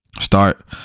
start